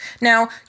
Now